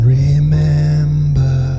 remember